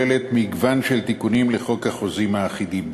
הצעת החוק כוללת מגוון תיקונים לחוק החוזים האחידים,